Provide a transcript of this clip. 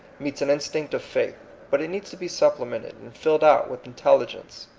meets an in stinct of faith but it needs to be supple mented and filled out with intelligence.